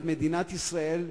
את מדינת ישראל,